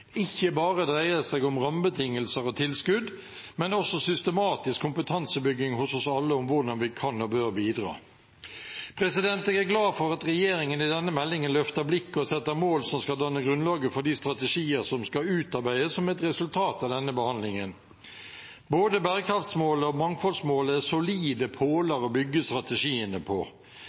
ikke bare dreier seg om rammebetingelser og tilskudd, men også om systematisk kompetansebygging hos oss alle om hvordan vi kan og bør bidra. Jeg er glad for at regjeringen i denne meldingen løfter blikket og setter mål som skal danne grunnlaget for de strategier som skal utarbeides som et resultat av denne behandlingen. Både bærekraftsmålet og mangfoldsmålet er solide påler å bygge strategiene på.